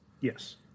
Yes